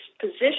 position